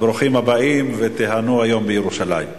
ברוכים הבאים, ותיהנו היום בירושלים.